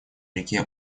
реке